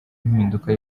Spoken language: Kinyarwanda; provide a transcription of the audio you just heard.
impinduka